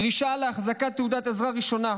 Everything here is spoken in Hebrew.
דרישה להחזקת תעודת עזרה ראשונה,